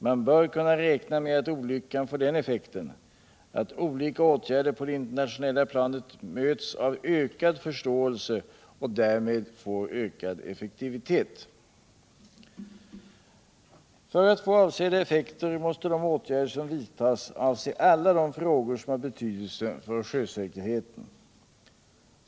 Man bör kunna räkna med att olyckan får den effekten att olika åtgärder på det internationella planet möts av ökad förståelse och därmed får ökad effektivitet. För att få avsedda effekter måste de åtgärder som vidtas avse alla de frågor som har betydelse för sjösäkerheten.